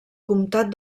comtat